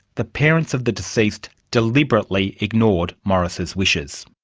the parents of the deceased deliberately ignored morris' wishes.